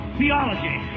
theology